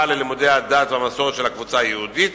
ללימודי הדת והמסורת של הקבוצה היהודית